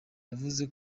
yavuze